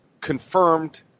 confirmed